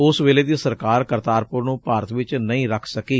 ਉਸ ਵੇਲੇ ਦੀ ਸਰਕਾਰ ਕਰਤਾਰਪੁਰ ਨੂੰ ਭਾਰਤ ਵਿਚ ਨਹੀਂ ਰੱਖ ਸਕੀ